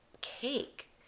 cake